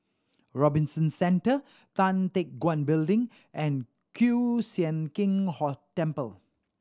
Robinson Centre Tan Teck Guan Building and Kiew Sian King Temple